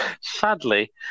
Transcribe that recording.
sadly